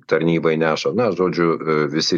tarnybai neša na žodžiu visi